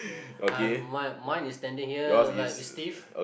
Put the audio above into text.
uh mine mine is standing here like stiff